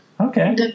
Okay